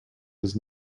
does